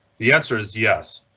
the answer is yes.